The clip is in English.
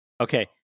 Okay